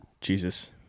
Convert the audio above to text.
Jesus